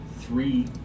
three